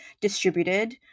distributed